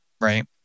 right